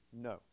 No